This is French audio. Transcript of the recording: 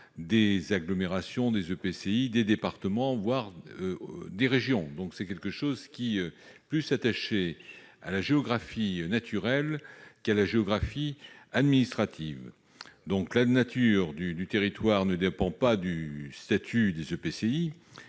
des agglomérations, des EPCI, des départements, voire des régions. Il est donc davantage lié à la géographie naturelle qu'à la géographie administrative. La nature du territoire ne dépendant pas du statut de l'EPCI,